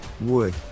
Wood